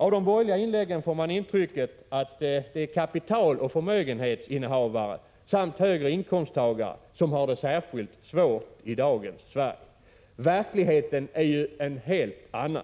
Av de borgerliga inläggen får man intrycket att det är kapitaloch förmögenhetsinnehavare samt höginkomsttagare som har det särskilt svårt i dagens Sverige. Verkligheten är ju en helt annan.